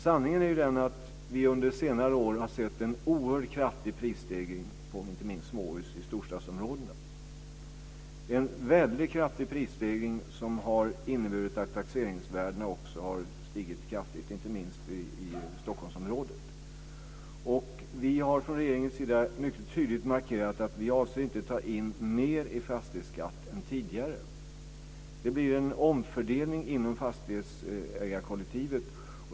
Sanningen är den att vi under senare år har sett en oerhört kraftig prisstegring på inte minst småhus i storstadsområdena. Denna kraftiga prisstegring har också fört med sig att taxeringsvärdena har stigit kraftigt, inte minst i Stockholmsområdet. Vi har från regeringens sida mycket tydligt markerat att vi inte avser att ta mer i fastighetsskatt än tidigare. Det blir en omfördelning inom fastighetsägarkollektivet.